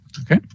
Okay